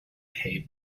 hay